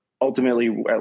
ultimately